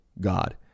God